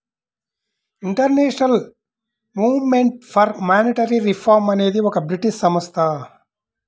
international movement for monetary reform అనేది ఒక British సంస్థ